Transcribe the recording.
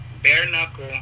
Bare-knuckle